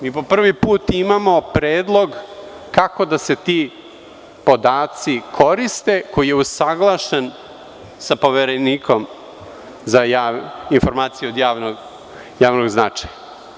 Mi po prvi put imamo predlog kako da se ti podaci koriste, koji je usaglašen sa Poverenikom za informacije od javnog značaja.